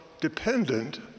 dependent